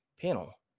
panel